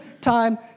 time